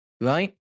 right